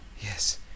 Yes